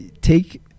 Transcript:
take